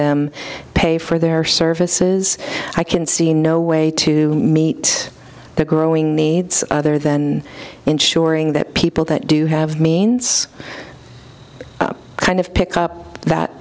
them pay for their services i can see no way to meet the growing needs other than ensuring that people that do have means kind of pick up that